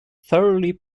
thoroughly